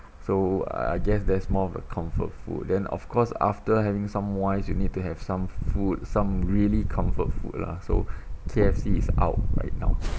so I guess that's more of a comfort food then of course after having some wines you need to have some food some really comfort food lah so K_F_C is out right now